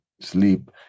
sleep